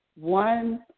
one